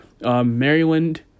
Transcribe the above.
Maryland